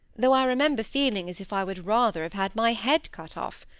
though i remember feeling as if i would rather have had my head cut off.